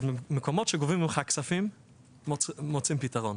מקומות שגובים ממך כספים מוצאים פתרון,